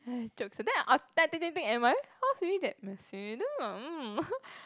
jokes then I think think think am I really then messy then like mm